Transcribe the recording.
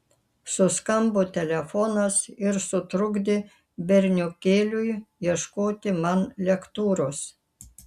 suskambo telefonas ir sutrukdė berniokėliui ieškoti man lektūros